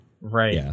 right